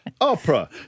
opera